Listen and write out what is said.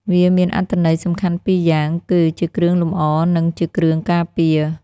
វាមានអត្ថន័យសំខាន់ពីរយ៉ាង គឺ ជាគ្រឿងលម្អ និង ជាគ្រឿងការពារ។